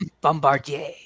Bombardier